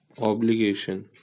Obligation